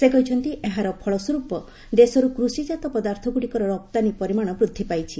ସେ କହିଛନ୍ତି ଏହାର ଫଳ ସ୍ୱରୂପ ଦେଶରୁ କୃଷିଜାତ ପଦାର୍ଥଗୁଡ଼ିକର ରପ୍ତାନୀ ପରିମାଣ ବୃଦ୍ଧି ପାଇଛି